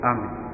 Amen